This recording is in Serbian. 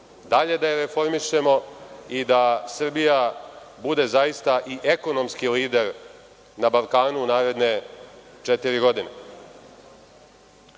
dalje da je reformišemo i da Srbija bude zaista i ekonomski lider na Balkanu u naredne četiri godine. Treći